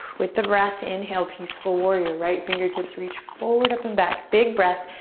with the breath, inhale peaceful warrior. right fingertips reach forward, up, and back. big breath,